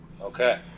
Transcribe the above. Okay